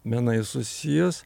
menais susijęs